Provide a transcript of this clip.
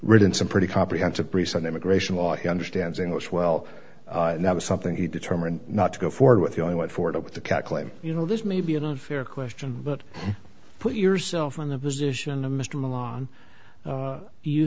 written some pretty comprehensive briefs on immigration law he understands english well and that was something he determined not to go forward with you only went for it with the cat claim you know this may be an unfair question but put yourself in the position of mr milan